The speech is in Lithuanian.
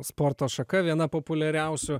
sporto šaka viena populiariausių